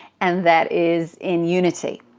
and that is in unity.